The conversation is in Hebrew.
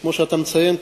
כמו שאתה מציין,